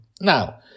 Now